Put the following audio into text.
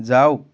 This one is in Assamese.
যাওঁক